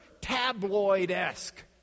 tabloid-esque